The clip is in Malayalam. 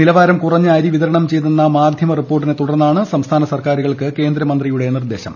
നിലവാരം കുറഞ്ഞ അരി വിതരണം ചെയ്തെന്ന മാധ്യമ റിപ്പോർട്ടിനെ തുടർന്നാണ് സംസ്ഥാന സർക്കാരുകൾക്ക് കേന്ദ്രമന്ത്രിയുടെ നിർദ്ദേശം